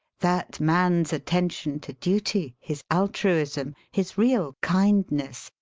that man's atten tion to duty, his altruism, his real kindness,